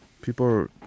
People